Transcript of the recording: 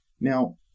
Now